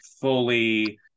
fully